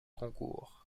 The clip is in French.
concours